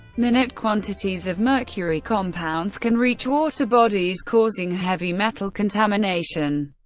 minute quantities of mercury compounds can reach water bodies, causing heavy metal contamination.